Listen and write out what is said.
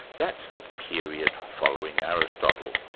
that's the period following aristotle.